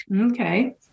Okay